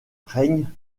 règne